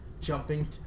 jumping